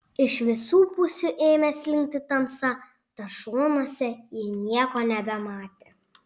iš visų pusių ėmė slinkti tamsa tad šonuose ji nieko nebematė